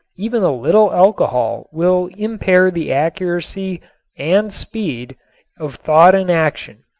even a little alcohol will impair the accuracy and speed of thought and action,